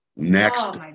next